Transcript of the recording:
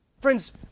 Friends